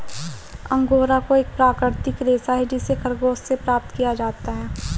angora एक प्राकृतिक रेशा है जिसे खरगोश से प्राप्त किया जाता है